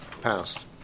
Passed